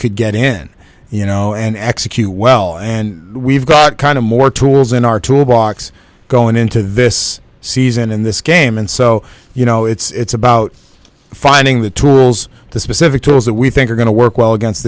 could get in you know and execute well and we've got kind of more tools in our tool box going into this season in this game and so you know it's about finding the tools the specific tools that we think are going to work well against